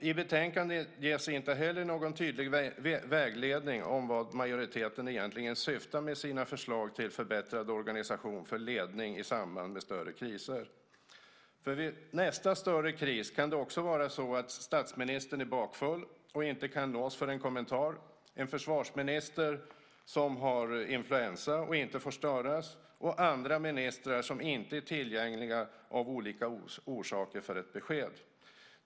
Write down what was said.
I betänkandet ges inte heller någon tydlig vägledning om vad majoriteten egentligen syftar till med sina förslag till förbättrad organisation för ledning i samband med större kriser. Vid nästa större kris kan det också vara så att statsministern är bakfull och inte kan nås för en kommentar, att vi har en försvarsminister som har influensa och inte får störas och andra ministrar som inte är tillgängliga av olika orsaker för ett besked.